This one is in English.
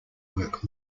work